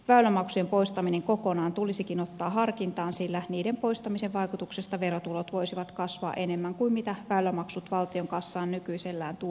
väylämaksujen poistaminen kokonaan tulisikin ottaa harkintaan sillä niiden poistamisen vaikutuksesta verotulot voisivat kasvaa enemmän kuin mitä väylämaksut valtion kassaan nykyisellään tuovat